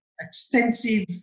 extensive